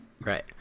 Right